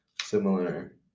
similar